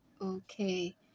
okay